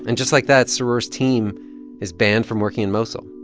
and just like that, sroor's team is banned from working in mosul